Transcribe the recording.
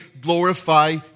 glorify